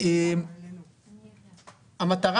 בסוף המטרה